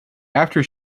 after